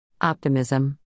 Optimism